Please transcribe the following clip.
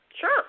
sure